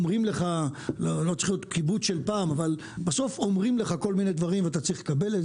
אומרים לך כל מיני דברים ואתה צריך לקבל אותם.